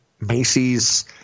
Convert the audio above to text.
Macy's